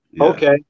Okay